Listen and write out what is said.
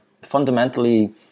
fundamentally